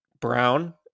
brown